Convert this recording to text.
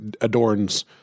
adorns—